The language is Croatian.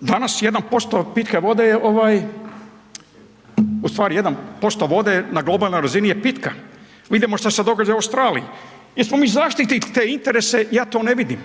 Danas 1% vode na globalnoj razini je pitka. Vidimo šta se događa u Australiji. Jesmo li mi zaštitili te interese? Ja to ne vidim.